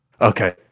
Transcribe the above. Okay